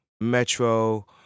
Metro